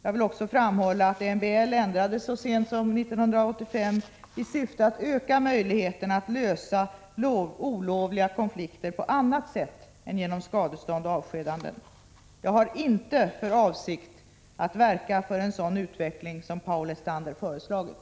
Jag vill också framhålla att medbestämmandelagen ändrades så sent som år 1985 i syfte att öka möjligheterna att lösa olovliga konflikter på annat sätt än genom skadestånd och avskedanden. Jag har inte för avsikt att verka för en sådan utveckling som Paul Lestander föreslagit.